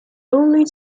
only